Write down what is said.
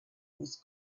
was